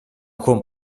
con